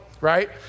right